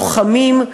לוחמים,